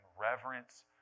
reverence